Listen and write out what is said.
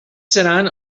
seran